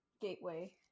Gateway